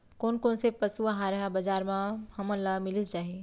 कोन कोन से पसु आहार ह बजार म हमन ल मिलिस जाही?